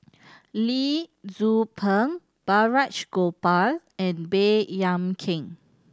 Lee Tzu Pheng Balraj Gopal and Baey Yam Keng